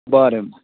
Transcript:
बरें